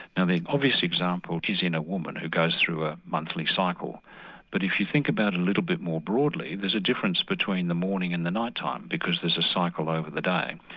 and the obvious example is in a woman who goes through a monthly cycle but if you think about it a little bit more broadly there's a difference between the morning and the night time because there's a cycle over the day.